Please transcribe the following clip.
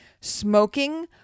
smoking